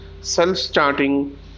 self-starting